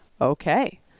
okay